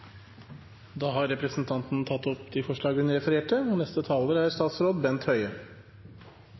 Da har representanten Kirsti Leirtrø tatt opp de forslagene hun refererte.